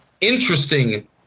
interesting